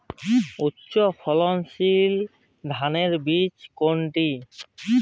উচ্চ ফলনশীল ধানের বীজ কোনটি?